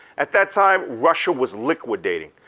at that time, russia was liquidating.